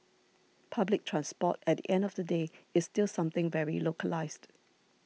public transport at the end of the day is still something very localised